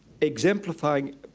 exemplifying